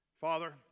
father